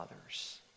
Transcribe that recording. others